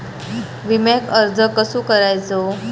विम्याक अर्ज कसो करायचो?